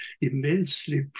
immensely